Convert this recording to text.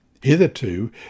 Hitherto